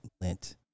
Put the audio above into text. lint